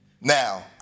Now